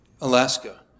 Alaska